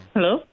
Hello